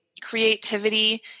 Creativity